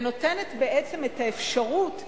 ובעצם נותנת את האפשרות לילדים,